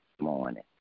morning